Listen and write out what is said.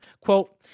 Quote